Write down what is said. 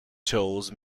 tools